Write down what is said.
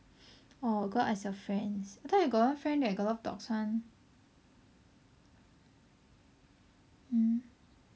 or go ask your friends I thought you got one friend got a lot of dogs [one] hmm